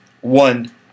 one